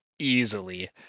Easily